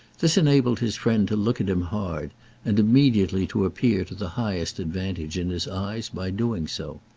this enabled his friend to look at him hard and immediately to appear to the highest advantage in his eyes by doing so.